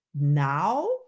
now